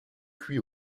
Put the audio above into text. cuits